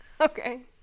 Okay